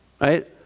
right